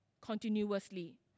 continuously